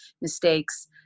mistakes